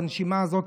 בנשימה הזאת,